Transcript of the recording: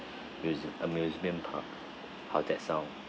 muse~ amusement park how that sound